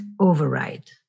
override